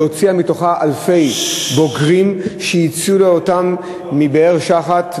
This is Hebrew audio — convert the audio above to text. והוא הוציא מתוכה אלפי בוגרים שהוא הציל מבאר שחת,